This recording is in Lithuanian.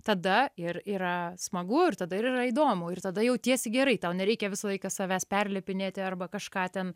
tada ir yra smagu ir tada ir yra įdomu ir tada jautiesi gerai tau nereikia visą laiką savęs perlepinėti arba kažką ten